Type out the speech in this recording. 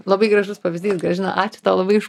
labai gražus pavyzdys gražina ačiū tau labai už